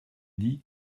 dit